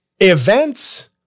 Events